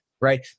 right